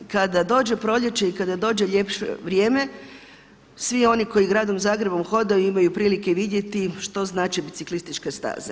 Kada dođe proljeće i kada dođe ljepše vrijeme svi oni koji gradom Zagrebom hodaju imaju prilike vidjeti što znače biciklističke staze.